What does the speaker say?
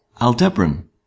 Aldebaran